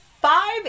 five